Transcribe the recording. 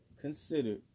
considered